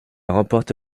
remporte